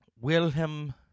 Wilhelm